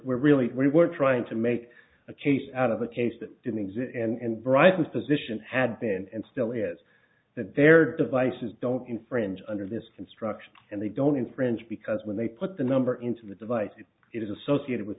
we're really we're trying to make a chased out of a case that didn't exist and brightest position had been and still is that their devices don't infringe under this construction and they don't infringe because when they put the number into the device if it is associated with